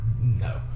No